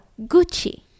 Gucci